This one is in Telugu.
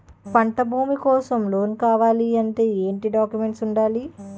పంట భూమి కోసం లోన్ కావాలి అంటే ఏంటి డాక్యుమెంట్స్ ఉండాలి?